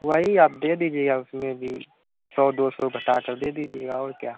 वही आप दे दीजिएगा उसमें भी सौ दो सौ घटाकर दे दीजिएगा और क्या